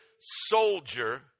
soldier